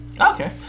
Okay